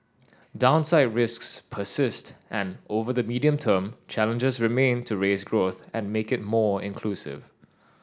downside risks persist and over the medium term challenges remain to raise growth and make it more inclusive